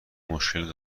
مشکل